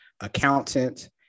accountant